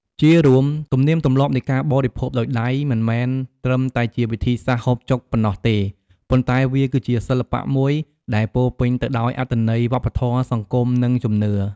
ជារួម ទំនៀមទម្លាប់នៃការបរិភោគដោយដៃ មិនមែនត្រឹមតែជាវិធីសាស្ត្រហូបចុកប៉ុណ្ណោះទេ ប៉ុន្តែវាគឺជាសិល្បៈមួយដែលពោរពេញទៅដោយអត្ថន័យវប្បធម៌ សង្គម និងជំនឿ។